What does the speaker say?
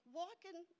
walking